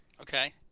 Okay